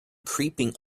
creeping